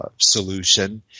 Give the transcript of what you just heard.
solution